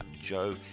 Joe